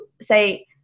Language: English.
say